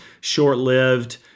short-lived